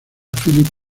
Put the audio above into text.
philip